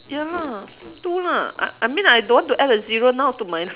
ya lah two lah I I mean I don't want to add a zero now to my